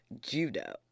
Judo